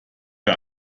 bei